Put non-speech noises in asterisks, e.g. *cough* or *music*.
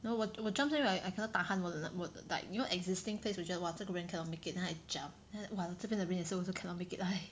no 我我 jump 是因为 I I cannot tahan 我的我的 like you know existing place you just !wah! 这个人真的 cannot make it then I jump then !walao! 这边的人也是 also cannot make it lah *noise*